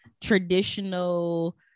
traditional